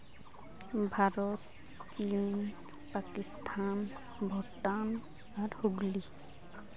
ᱵᱷᱟᱨᱚᱛ ᱪᱤᱱ ᱯᱟᱠᱤᱥᱛᱷᱟᱱ ᱵᱷᱩᱴᱟᱱ ᱟᱨ ᱦᱩᱜᱽᱞᱤ